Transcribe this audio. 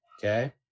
Okay